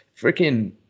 Freaking